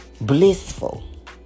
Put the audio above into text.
blissful